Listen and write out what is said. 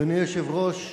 אדוני היושב-ראש,